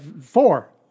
four